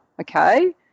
okay